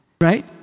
right